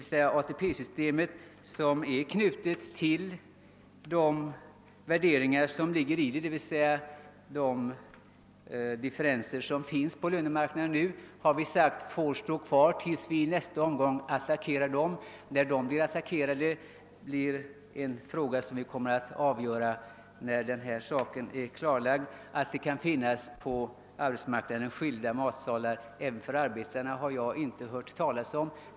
Vi menar att ATP-systemet, som ansluter till de differenser som finns på löneområdet, skall bibehållas till dess att vi en gång i framtiden tar upp dessa frågor till prövning. En utredning är på gång och tidpunkten härför får vi avgöra när den nu aktuella frågan är klarlagd. Att det på arbetsmarknaden även kan finnas skilda matsalar för olika kategorier av arbetare har jag inte tidigare hört talas om.